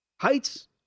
heights